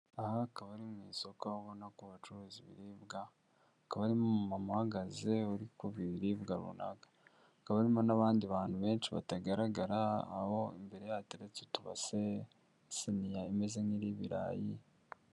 Aha akaba ari mu isoko, aho ubona ko bacuruza ibiribwa, hakaba harimo umumama uhagaze uri kugura ibiribwa runaka, hakaba harimo n'abandi bantu benshi batagaragara, aho imbere hateretse utubase, isiniya imeze nk'iy'ibirayi.